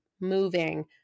moving